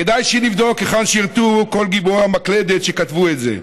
כדאי שנבדוק היכן שירתו כל גיבורי המקלדת שכתבו את זה.